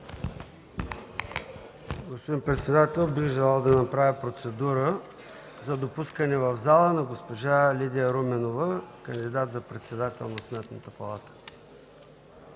Господин председател, бих желал да направя процедура за допускане в залата на госпожа Лидия Руменова – кандидат за председател на Сметната палата.